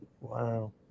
Wow